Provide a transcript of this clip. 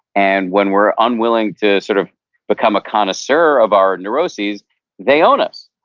and when we're unwilling to sort of become a contessour of our neurosis they own us.